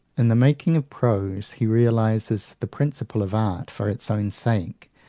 in the making of prose he realises the principle of art for its own sake,